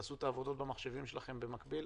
תעשו את העבודות במחשב שלכם במקביל.